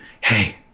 hey